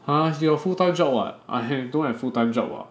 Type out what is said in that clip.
!huh! he got full time job [what] I don't have full time job [what]